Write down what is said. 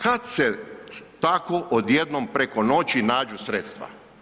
Kako, kad se tako odjednom preko noći nađu sredstva?